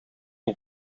een